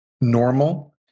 normal